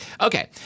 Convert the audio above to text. Okay